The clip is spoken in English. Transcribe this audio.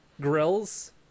grills